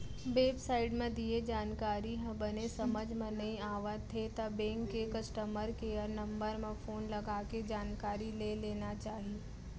web site म दिये जानकारी ह बने समझ म नइ आवत हे त बेंक के कस्टमर केयर नंबर म फोन लगाके जानकारी ले लेना चाही